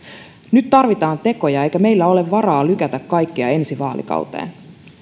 nyt tarvitaan tekoja eikä meillä ole varaa lykätä kaikkea ensi vaalikauteen